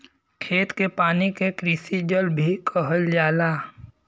खेत के पानी के कृषि जल भी कहल जाला